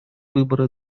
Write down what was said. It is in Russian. выборы